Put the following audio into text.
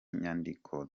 nyandiko